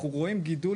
אנחנו רואים גידול,